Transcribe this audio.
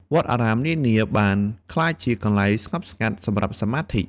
វត្តអារាមនានាបានក្លាយជាកន្លែងស្ងប់ស្ងាត់សម្រាប់សមាធិ។